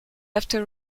after